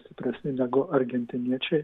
stipresni negu argentiniečiai